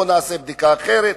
בוא נעשה בדיקה אחרת,